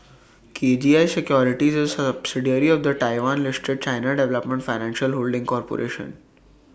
K G I securities is A subsidiary of the Taiwan listed China development financial holding corporation